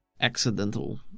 accidental